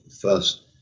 first